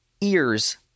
ears